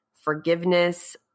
forgiveness